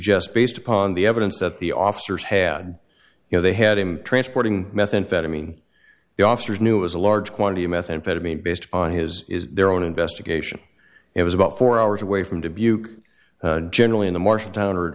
suggest based upon the evidence that the officers had you know they had him transporting methamphetamine the officers knew it was a large quantity of methamphetamine based on his their own investigation it was about four hours away from dubuque generally in the marsh town or